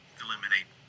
eliminate